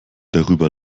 darüber